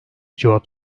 cevap